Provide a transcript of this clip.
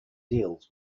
deals